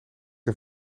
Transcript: een